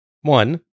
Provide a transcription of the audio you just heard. one